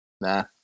Nah